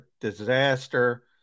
disaster